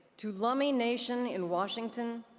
to lummi nation in washington,